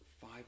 five